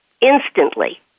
instantly